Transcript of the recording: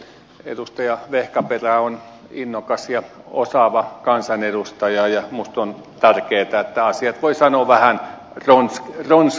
edustaja vehkaperä on innokas ja osaava kansanedustaja ja minusta on tärkeätä että asiat voi sanoa vähän ronskimminkin